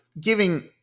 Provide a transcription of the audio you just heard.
giving